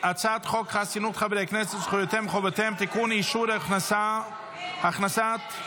--- חברי הכנסת, אנא,